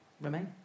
Remain